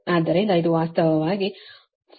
ಆದ್ದರಿಂದ ಇದು ವಾಸ್ತವವಾಗಿ 787